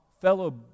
fellow